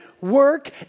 work